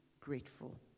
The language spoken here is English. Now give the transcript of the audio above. grateful